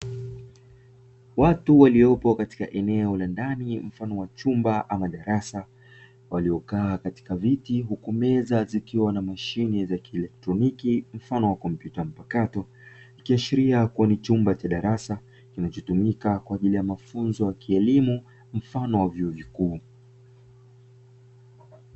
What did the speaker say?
Watu waliopo katika eneo la ndani mfano wa chumba au darasa waliokaa katika viti huku meza zikiwa na mashine kielotroniki mfano wa komputa mpakato, ikiashiria kuwa ni chumba cha darasa kinachotumika kwa ajili ya mafunzo ya kielimu mfano wa vyuo kikuu.